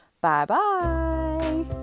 Bye-bye